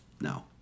no